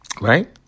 right